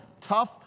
tough